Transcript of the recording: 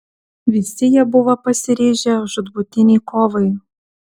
visi jie buvo pasiryžę žūtbūtinei kovai